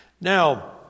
Now